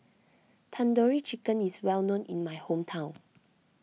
Tandoori Chicken is well known in my hometown